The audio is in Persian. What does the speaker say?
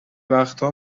وقتها